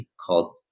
called